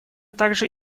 также